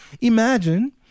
imagine